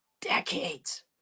decades